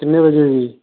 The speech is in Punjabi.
ਕਿੰਨੇ ਵਜੇ ਵਾਲੀ